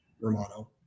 Romano